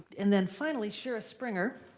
and then finally, shira springer,